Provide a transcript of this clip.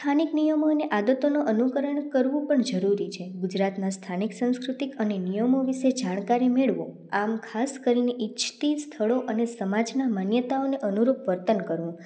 સ્થાનિક નિયમોને આદતોનું અનુકરણ કરવું પણ જરૂરી છે ગુજરાતના સ્થાનિક સાંસ્કૃતિક અને નિયમો વિશે જાણકારી મેળવો આમ ખાસ કરીને ઇચ્છિત કરો અને સમાજના માન્યતાઓને અનુરૂપ વર્તન કરો